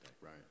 Right